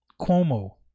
Cuomo